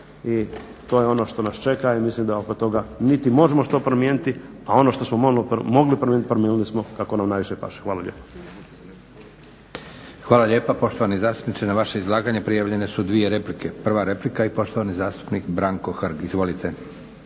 i to je ono što nas čeka i mislim da oko toga niti možemo što promijeniti, a ono što smo mogli promijeniti promijenili smo kako nam najviše paše. Hvala lijepo. **Leko, Josip (SDP)** Hvala lijepa. Poštovani zastupniče, na vaše izlaganje prijavljene su dvije replike. Prva replika i poštovani zastupnik Branko Hrg. Izvolite.